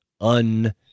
un